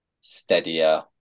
steadier